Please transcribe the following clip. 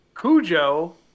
Cujo